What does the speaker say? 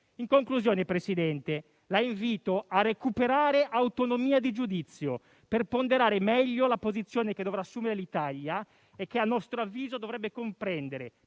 In conclusione, signor Presidente del Consiglio, la invito a recuperare autonomia di giudizio, per ponderare meglio la posizione che dovrà assumere l'Italia e che a nostro avviso dovrebbe comprendere: